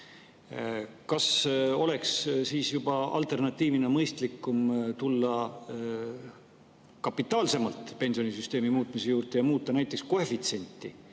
Kas ei oleks alternatiivina mõistlikum tulla juba kapitaalsemalt pensionisüsteemi muutmise juurde ja muuta näiteks koefitsienti?